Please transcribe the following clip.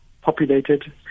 populated